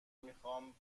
میخوام